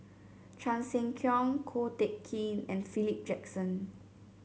Chan Sek Keong Ko Teck Kin and Philip Jackson